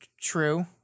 true